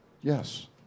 Yes